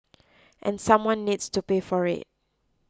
and someone needs to pay for it